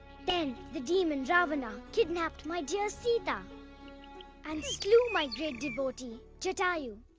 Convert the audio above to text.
then the demon ravana kidnapped my dear sita and slew my great devotee, jatayu.